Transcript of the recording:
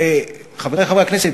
חברי חברי הכנסת,